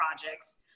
projects